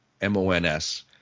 M-O-N-S